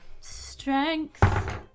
strength